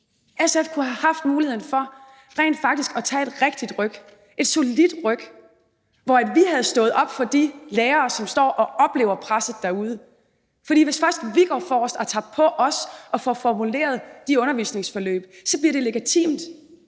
SF kunne have haft muligheden for rent faktisk at tage et rigtigt ryk, et solidt ryk, hvor vi havde stået op for de lærere, som står og oplever presset derude. For hvis først vi går forrest og tager på os at få formuleret de undervisningsforløb, så bliver det legitimt.